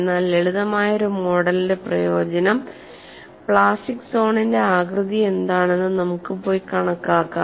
എന്നാൽ ലളിതമായ ഒരു മോഡലിന്റെ പ്രയോജനം പ്ലാസ്റ്റിക് സോണിന്റെ ആകൃതി എന്താണെന്ന് നമുക്ക് പോയി കണക്കാക്കാം